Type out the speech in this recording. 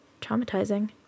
traumatizing